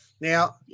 Now